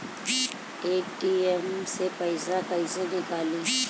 ATM से पइसा कइसे निकली?